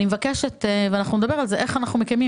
ולכן אני מבקשת לדעת איך אנחנו מקיימים